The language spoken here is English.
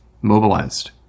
mobilized